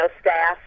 staff